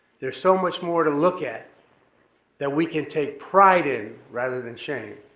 there's so much more to look at that we can take pride in rather than shame.